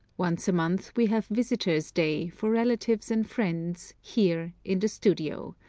once a month we have visitors' day, for relatives and friends, here in the studio.